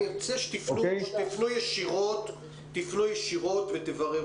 אני רוצה שתפנו ישירות ותבררו.